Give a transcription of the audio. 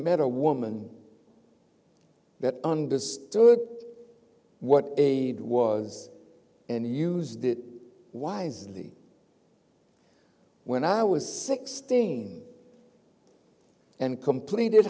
met a woman that understood what a it was and used it wisely when i was sixteen and completed